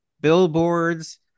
billboards